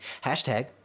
Hashtag